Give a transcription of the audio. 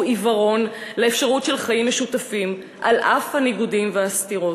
עיוורון לאפשרות של חיים משותפים על אף הניגודים והסתירות?